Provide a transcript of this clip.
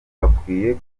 bakwiye